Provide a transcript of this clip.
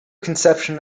conception